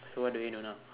so what do we do now